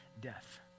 death